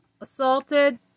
Assaulted